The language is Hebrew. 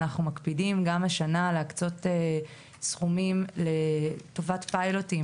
אנחנו מקפידים גם השנה להקצות סכומים לטובת פיילוטים